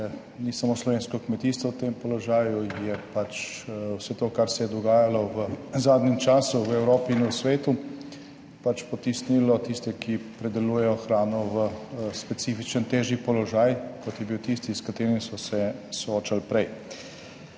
ni samo slovensko kmetijstvo v tem položaju, je pač vse to, kar se je dogajalo v zadnjem času v Evropi in v svetu. Pač potisnilo tiste, ki pridelujejo hrano, v specifičen, težji položaj, kot je bil tisti, s katerim so se soočali prej.